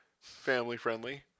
family-friendly